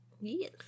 Yes